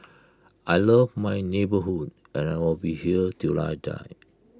I love my neighbourhood and I will be here till I die